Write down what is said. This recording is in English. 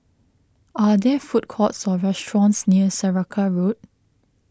are there food courts or restaurants near Saraca Road